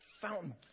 fountain